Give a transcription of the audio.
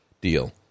deal